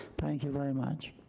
thank you very much.